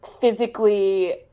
physically